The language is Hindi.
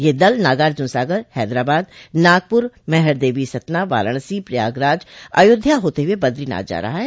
यह दल नागार्जुन सागर हैदराबाद नागपुर मैहरदेवी सतना वाराणसी प्रयागराज अयोध्या होते हुए बद्रीनाथ जा रहा है